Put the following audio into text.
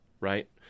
right